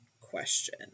question